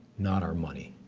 not our money.